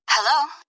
Hello